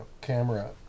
camera